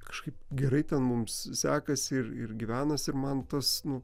kažkaip gerai ten mums sekasi ir ir gyvenasi ir man tas nu